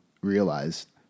realized